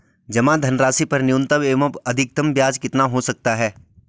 जमा धनराशि पर न्यूनतम एवं अधिकतम ब्याज कितना हो सकता है?